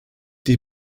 die